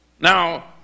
now